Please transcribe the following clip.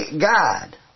God